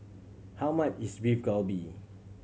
how much is Beef Galbi